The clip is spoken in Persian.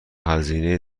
هزینه